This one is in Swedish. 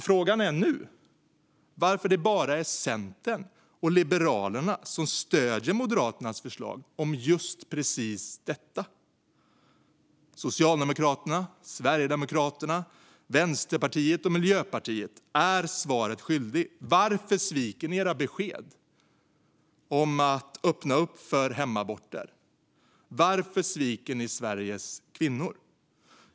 Frågan är nu varför det bara är Centern och Liberalerna som stöder Moderaternas förslag om just precis detta. Socialdemokraterna, Sverigedemokraterna, Vänsterpartiet och Miljöpartiet är svaret skyldiga. Varför sviker ni era besked om att öppna för hemaborter? Varför sviker ni Sveriges kvinnor?